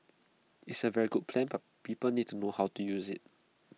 is A very good plan but people need to know how to use IT